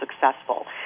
successful